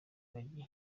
gangi